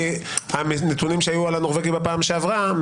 כי הנתונים שהיו על הנורבגים בפעם שעברה,